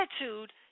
attitude